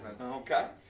Okay